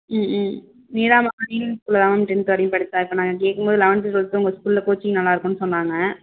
ம் ம் நீடாமங்கலம் ஸ்கூலில் தான் மேம் டென்த்து வரையும் படிச்சா இப்போ நாங்கள் சேக்கும்போது லெவன்த்து டுவல்த்து உங்கள் ஸ்கூலில் கோச்சிங் நல்லாருக்குன்னு சொன்னாங்க